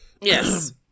Yes